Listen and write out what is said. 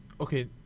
Okay